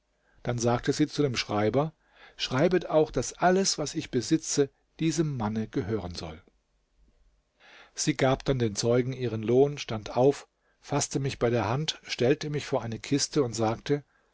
dann sagte sie dem schreiber schreibet auch daß alles was ich besitze diesem manne gehören soll sie gab dann den zeugen ihren lohn stand auf faßte mich bei der hand stellte mich vor eine kiste und sagte